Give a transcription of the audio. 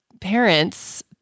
parents